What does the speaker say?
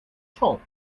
chalk